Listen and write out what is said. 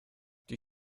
die